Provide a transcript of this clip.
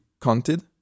counted